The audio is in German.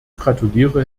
gratuliere